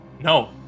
No